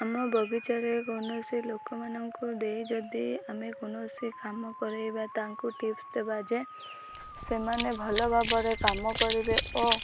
ଆମ ବଗିଚାରେ କୌଣସି ଲୋକମାନଙ୍କୁ ଦେଇ ଯଦି ଆମେ କୌଣସି କାମ କରେଇବା ତାଙ୍କୁ ଟିପ୍ସ ଦେବା ଯେ ସେମାନେ ଭଲ ଭାବରେ କାମ କରିବେ ଓ